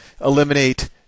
eliminate